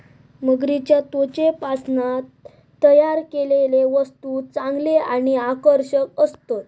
मगरीच्या त्वचेपासना तयार केलेले वस्तु चांगले आणि आकर्षक असतत